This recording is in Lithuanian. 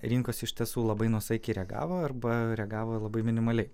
rinkos iš tiesų labai nuosaikiai reagavo arba reagavo labai minimaliai